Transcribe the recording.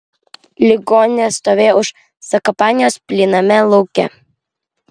ligoninė stovėjo už zakopanės plyname lauke